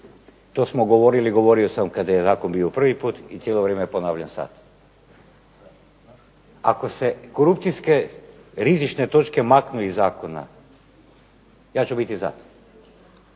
To smo govorili i govorio sam kada je zakon bio prvi put i cijelo vrijeme ponavljam sada. Ako se korupcijske rizične točke maknu iz zakona ja ću biti za.